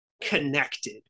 connected